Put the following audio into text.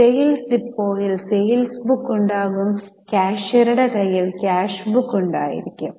sales ഡിപ്പോയിൽ sales book ഉണ്ടാകും കാഷ്യറുടെ കയ്യിൽ ക്യാഷ് ബുക്ക് ഉണ്ടായിരിക്കും